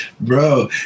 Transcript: Bro